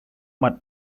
mud